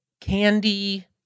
candy